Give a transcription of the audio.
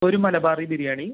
ഒരു മലബാറി ബിരിയാണി